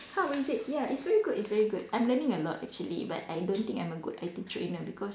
how is it ya it's very good it's very good I'm learning a lot actually but I don't think I'm a good I_T trainer because